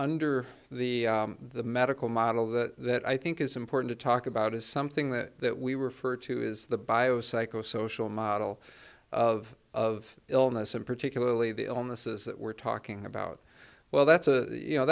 under the the medical model that i think is important to talk about is something that we refer to as the bio psycho social model of of illness and particularly the illnesses that we're talking about well that's a you know